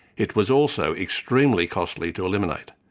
it was also extremely costly to eliminate.